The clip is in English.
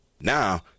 Now